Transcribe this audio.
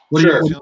Sure